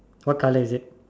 what colour is it